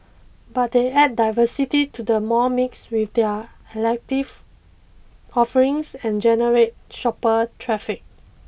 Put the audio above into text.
but they add diversity to the mall mix with their elective offerings and generate shopper traffic